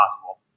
possible